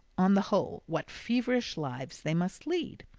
on the whole, what feverish lives they must lead.